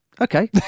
Okay